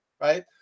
right